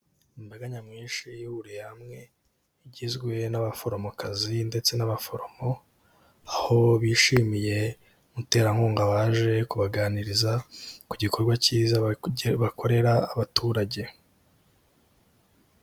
Imbaga nyamwinshi ihuriye hamwe, igizwe n'abaforomokazi ndetse n'abaforomo. Aho bishimiye umuterankunga baje kubaganiriza ku gikorwa cyiza bakorera abaturage.